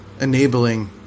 enabling